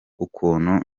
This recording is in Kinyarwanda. ukuntu